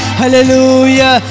hallelujah